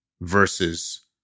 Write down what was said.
versus